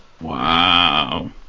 wow